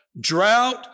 drought